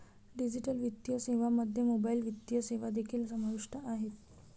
digital वित्तीय सेवांमध्ये mobile वित्तीय सेवा देखील समाविष्ट आहेत